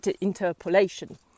interpolation